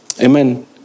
Amen